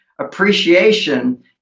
Appreciation